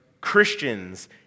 Christians